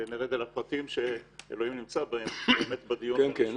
לפרטים עצמם נרד בדיון בין הקריאות.